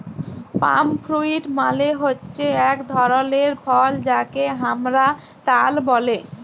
পাম fruit মালে হচ্যে এক ধরলের ফল যাকে হামরা তাল ব্যলে